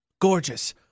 gorgeous